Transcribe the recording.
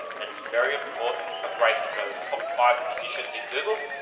that is very important for breaking those top five positions in google.